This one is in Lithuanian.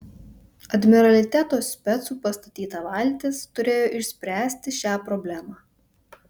admiraliteto specų pastatyta valtis turėjo išspręsti šią problemą